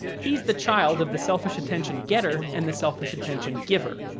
he's the child of the selfish attention getter and the selfish attention giver.